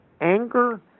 anger